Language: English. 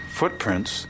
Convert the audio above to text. footprints